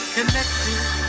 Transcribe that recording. Connected